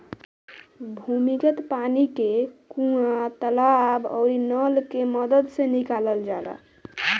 भूमिगत पानी के कुआं, तालाब आउरी नल के मदद से निकालल जाला